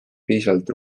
piisavalt